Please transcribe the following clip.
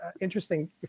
interesting